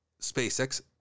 SpaceX